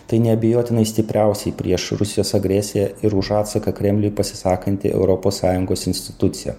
tai neabejotinai stipriausiai prieš rusijos agresiją ir už atsaką kremliui pasisakanti europos sąjungos institucija